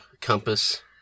compass